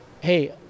hey